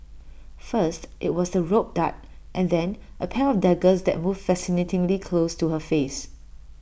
first IT was the rope dart and then A pair of daggers that moved fascinatingly close to her face